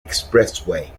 expressway